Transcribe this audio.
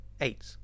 Eight